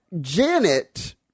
Janet